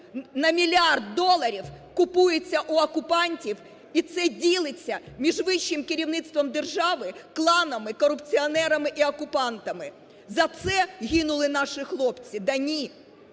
на мільярд доларів купується у окупантів? І це ділиться між вищим керівництвом держави, кланами, корупціонерами і окупантами. За це гинули наші хлопці?